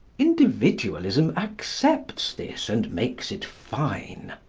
individualism accepts this and makes it fine.